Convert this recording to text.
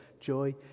joy